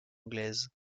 anglaises